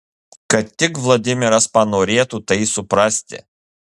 kad tik vladimiras panorėtų tai suprasti